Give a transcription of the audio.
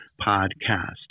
podcast